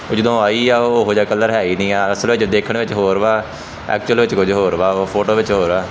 ਉਹ ਜਦੋਂ ਆਈ ਆ ਉਹ ਉਹੋ ਜਿਹਾ ਕਲਰ ਹੈ ਹੀ ਨਹੀਂ ਆ ਅਸਲ ਵਿੱਚ ਦੇਖਣ ਵਿੱਚ ਹੋਰ ਵਾ ਐਕਚੁਅਲ ਵਿੱਚ ਕੁਝ ਹੋਰ ਵਾ ਫੋਟੋ ਵਿੱਚ ਹੋਰ ਆ